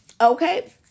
Okay